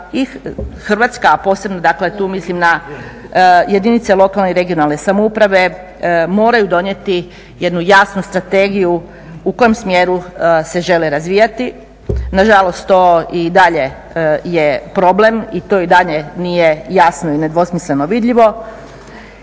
Hrvatska, a posebno dakle tu mislim na jedinice lokalne i regionalne samouprave moraju donijeti jednu jasnu strategiju u kojem smjeru se žele razvijati. Nažalost, to i dalje je problem i to dalje nije jasno i nedvosmisleno vidljivo